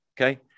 Okay